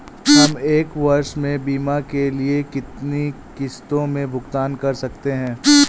हम एक वर्ष में बीमा के लिए कितनी किश्तों में भुगतान कर सकते हैं?